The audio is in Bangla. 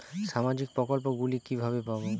সামাজিক প্রকল্প গুলি কিভাবে পাব?